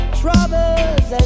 troubles